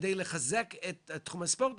על מנת לחזק את תחום הספורט,